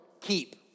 keep